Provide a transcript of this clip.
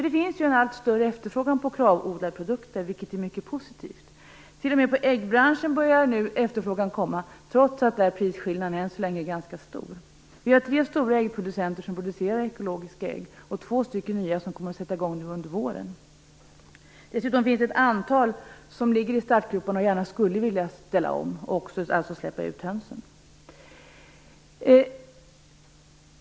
Det finns en allt större efterfrågan på KRAV-odlade produkter, vilket är mycket positivt. T.o.m. inom äggbranschen börjar nu efterfrågan komma, trots att prisskillnaden där än så länge ganska stor. Vi har tre stora äggproducenter som producerar ekologiska ägg, och två nya som kommer att sätta igång nu under våren. Dessutom finns ett antal som ligger i startgroparna och gärna skulle vilja ställa om och släppa ut hönsen.